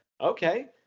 okay